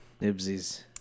Nibsies